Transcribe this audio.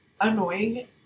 annoying